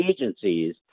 agencies